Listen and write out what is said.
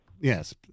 yes